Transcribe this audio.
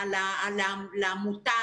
לעמותה,